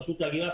רשות ההגירה,